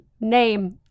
name